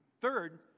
Third